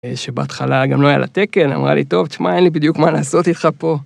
שבהתחלה גם לא היה לה תקן, אמרה לי, טוב, תשמע, אין לי בדיוק מה לעשות איתך פה.